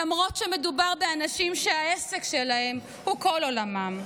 למרות שמדובר באנשים שהעסק שלהם הוא כל עולמם.